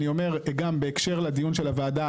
אני אומר גם בהקשר לדיון של הוועדה,